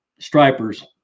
stripers